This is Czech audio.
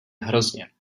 hrozně